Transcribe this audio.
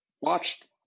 watched